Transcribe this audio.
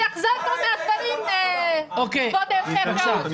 שיחזור בו מהדברים, כבוד היושב-ראש.